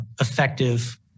effective